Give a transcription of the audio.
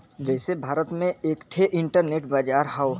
जइसे भारत में एक ठे इन्टरनेट बाजार हौ